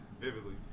vividly